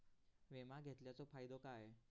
विमा घेतल्याचो फाईदो काय?